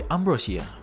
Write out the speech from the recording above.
Ambrosia